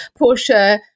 Porsche